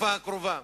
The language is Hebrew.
בתקופה הקרובה.